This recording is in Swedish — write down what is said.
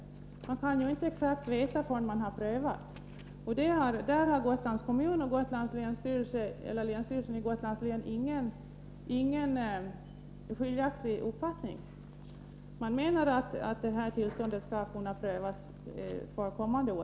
Man kan ju inte exakt veta någonting förrän man har prövat detta. Där har Gotlands kommun och länsstyrelsen i Gotlands län inte skiljaktiga uppfattningar. Man menar att det här tillståndet skall kunna prövas för kommande år.